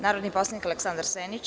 Narodni poslanik Aleksandar Senić.